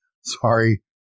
Sorry